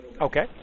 Okay